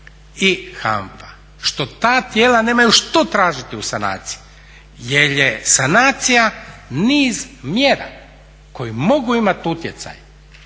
i Hanfa što ta tijela nemaju što tražiti u sanaciji jel je sanacija niz mjera koje mogu imati utjecaj